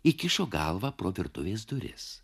įkišo galvą pro virtuvės duris